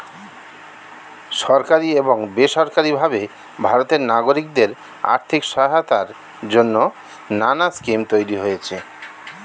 সরকারি এবং বেসরকারি ভাবে ভারতের নাগরিকদের আর্থিক সহায়তার জন্যে নানা স্কিম তৈরি হয়েছে